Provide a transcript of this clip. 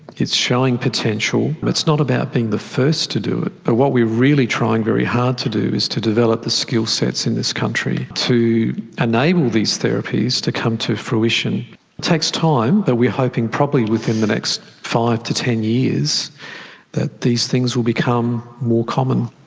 it's showing potential, and it's not about being the first to do it, but what we're really trying very hard to do is to develop the skillsets in this country to enable these therapies to come to fruition. it takes time, but we're hoping probably within the next five to ten years that these things will become more common.